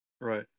right